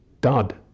dud